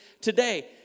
today